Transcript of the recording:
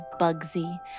Bugsy